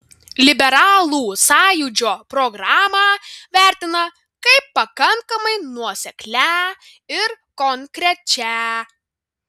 liberalų sąjūdžio programą vertina kaip pakankamai nuoseklią ir konkrečią